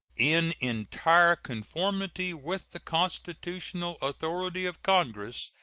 in entire conformity with the constitutional authority of congress,